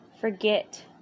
Forget